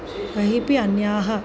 अहेपि अन्याः